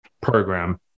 program